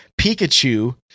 Pikachu